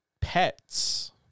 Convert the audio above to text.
pets